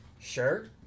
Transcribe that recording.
Sure